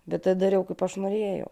bet dariau kaip aš norėjau